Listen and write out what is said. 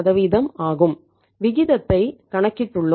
விகிதத்தை கணக்கிட்டுள்ளோம்